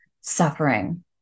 suffering